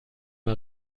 mal